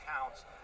counts